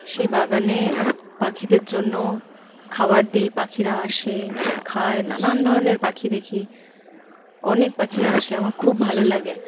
সেই বাগানে পাখিদের জন্য খাবার দিই পাখিরা আসে খায় নানান ধরনের পাখি দেখি অনেক পাখিরা আসে আমার খুব ভালো লাগে